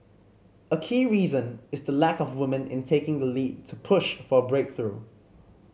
a key reason is the lack of woman in taking the lead to push for a breakthrough